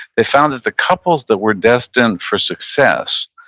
they found that the couples that were destined for success,